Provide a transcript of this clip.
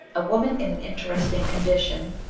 a woman in an interesting condition,